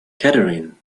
catherine